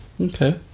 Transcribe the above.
okay